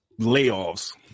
layoffs